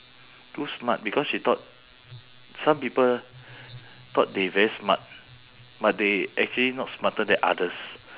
too smart because you thought some people thought they very smart but they actually not smarter than others